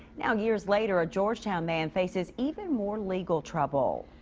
now, years later. a georgetown man faces even more legal trouble.